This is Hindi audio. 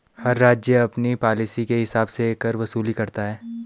हर राज्य अपनी पॉलिसी के हिसाब से कर वसूली करता है